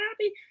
happy